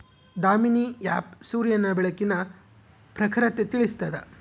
Damini app ಸೂರ್ಯನ ಬೆಳಕಿನ ಪ್ರಖರತೆ ತಿಳಿಸ್ತಾದ